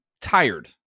tired